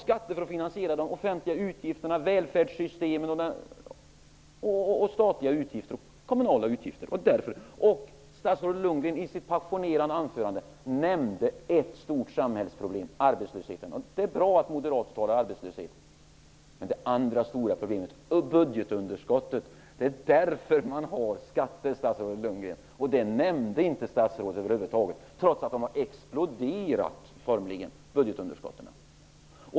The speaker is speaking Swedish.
Skatter är till för att finansiera välfärdssystemen och statliga och kommunala utgifter. Statsrådet Lundgren nämnde i sitt passionerade anförande ett stort samhällsproblem, arbetslösheten. Det är bra att moderater talar arbetslöshet, men det andra stora problemet, budgetunderskottet, nämnde statsrådet över huvud taget inte, trots att budgetunderskottet formligen har exploderat.